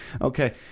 Okay